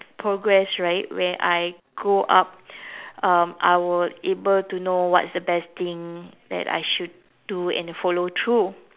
progress right where I grow up um I will able to know what's the best thing that I should do and follow through